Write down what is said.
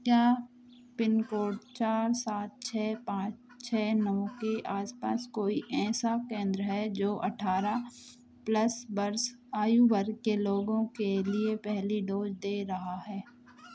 क्या pin code चार सात छः पाँच छः नौ के आस पास कोई ऐसा केंद्र है जो अठारह प्लस वर्ष आयु वर्ग के लोगों के लिए पहली डोज दे रहा है